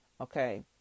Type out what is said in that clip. Okay